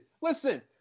Listen